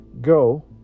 go